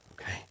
okay